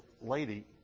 lady